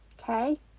okay